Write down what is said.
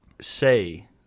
say